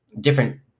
different